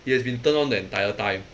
it has been turned on the entire time